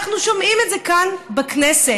אנחנו שומעים את זה כאן בכנסת.